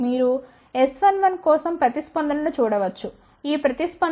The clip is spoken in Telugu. మీరు S11 కోసం ప్రతిస్పందన ను చూడవచ్చు ఈ ప్రతిస్పందన 1